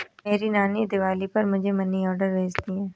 मेरी नानी दिवाली पर मुझे मनी ऑर्डर भेजती है